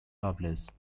lovelace